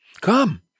Come